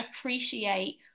appreciate